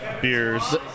beers